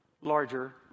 larger